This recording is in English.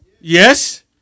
Yes